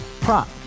prop